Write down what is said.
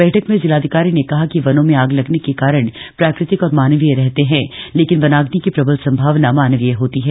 बैठक में जिलाधिकारी ने कहा कि वनों में आग लगने के कारण प्राकृतिक और मानवीय रहते हैं लेकिन वनाग्नि की प्रबल संभावना मानवीय होती है